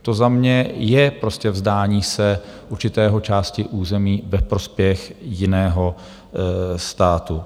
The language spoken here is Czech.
To za mě je prostě vzdání se určité části území ve prospěch jiného státu.